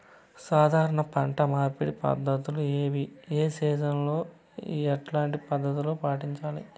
సాధారణ పంట మార్పిడి పద్ధతులు ఏవి? ఏ సీజన్ లో ఎట్లాంటి పద్ధతులు పాటించాలి?